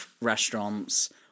restaurants